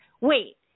wait